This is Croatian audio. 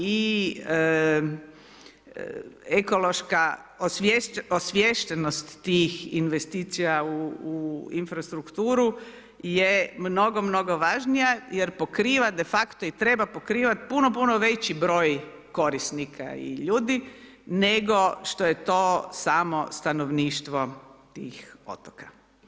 I ekološka osviještenost tih investicija u infrastrukturu je mnogo, mnogo važnija jer pokriva defakto i treba pokrivati puno, puno veći broj korisnika i ljudi, nego što je to samo stanovništvo tih otoka.